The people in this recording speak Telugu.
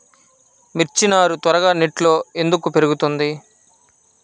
మిర్చి నారు త్వరగా నెట్లో ఎందుకు పెరుగుతుంది?